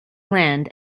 land